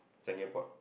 Changi Airport